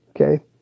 Okay